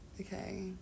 Okay